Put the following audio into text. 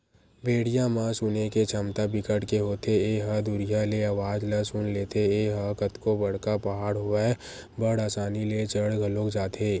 भेड़िया म सुने के छमता बिकट के होथे ए ह दुरिहा ले अवाज ल सुन लेथे, ए ह कतको बड़का पहाड़ होवय बड़ असानी ले चढ़ घलोक जाथे